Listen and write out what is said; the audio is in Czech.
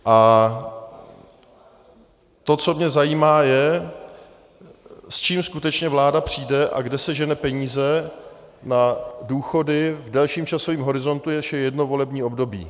A to, co mě zajímá, je, s čím skutečně vláda přijde a kde sežene peníze na důchody v delším časovém horizontu, než je jedno volební období.